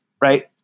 right